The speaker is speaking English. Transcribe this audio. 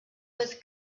was